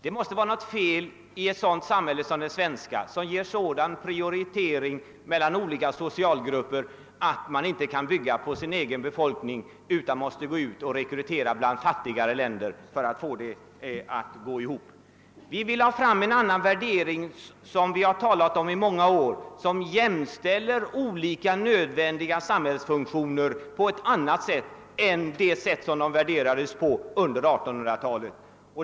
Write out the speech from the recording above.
Det är något fel med ett samhälle som det svenska, som gör sådan prioritering av olika socialgrupper, att man inte kan bygga arbetskraftstillgången på sin egen befolkning utan måste rekrytera arbetskraft i fattigare länder för att få det hela att gå ihop. Vi motionärer vill få till stånd en annan värdering — och det har talats om detta i många år — som jämställer olika nödvändiga samhällsfunktioner på ett annat sätt än under 1800-talet.